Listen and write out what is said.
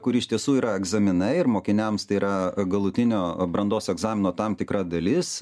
kuri iš tiesų yra egzaminai ir mokiniams tai yra galutinio brandos egzamino tam tikra dalis